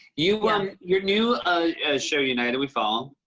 you know um your new show, united we fall,